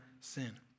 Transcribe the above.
sin